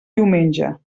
diumenge